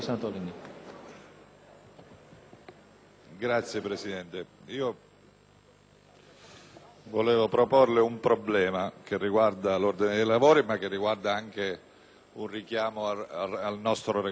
Signor Presidente, voglio sottoporle un problema che riguarda l'ordine dei lavori, ma che è anche un richiamo al nostro Regolamento.